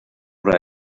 oder